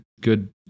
good